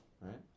right